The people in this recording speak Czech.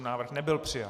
Návrh nebyl přijat.